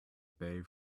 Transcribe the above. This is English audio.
bay